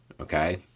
okay